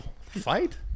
Fight